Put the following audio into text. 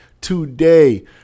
Today